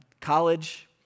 college